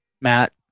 Matt